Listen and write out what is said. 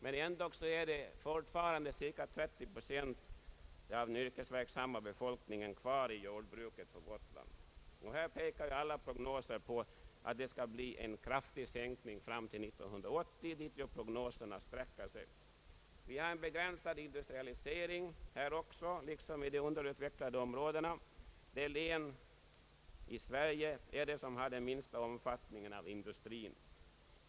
Men ändå är fortfarande cirka 30 procent av den yrkesverksamma befolkningen på Gotland kvar inom jordbruket. Här pekar alla prognoser på att avgången kommer att bli kraftig fram till år 1980, till vilken tidpunkt prognoserna sträcker sig. Vi har också en begränsad industrialisering på samma sätt som i de underutvecklade områdena. Gotland är det län i Sverige som har den minsta omfattningen av industrin.